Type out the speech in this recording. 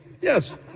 Yes